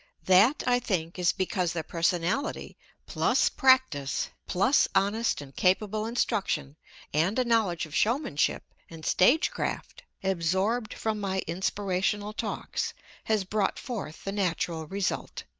that, i think, is because their personality plus practice plus honest and capable instruction and a knowledge of showmanship and stage-craft absorbed from my inspirational talks has brought forth the natural result.